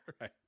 right